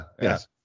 Yes